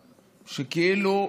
שכאילו,